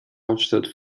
hauptstadt